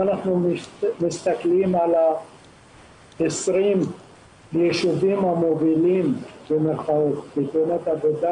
אם אנחנו מסתכלים על 20 היישובים "המובילים" בתאונות עבודה